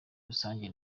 rusange